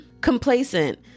complacent